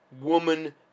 woman